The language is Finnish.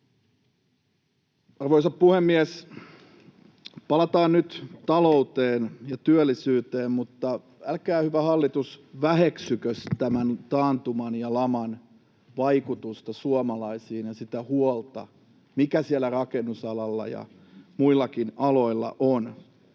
Arvoisa puhemies! Palataan nyt talouteen ja työllisyyteen, mutta älkää, hyvä hallitus, väheksykö tämän taantuman ja laman vaikutusta suomalaisiin ja sitä huolta, mikä siellä rakennusalalla ja muillakin aloilla on.